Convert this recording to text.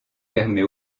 permet